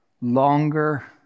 longer